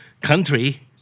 country